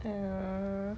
err